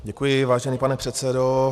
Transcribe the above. Děkuji, vážený pane předsedo.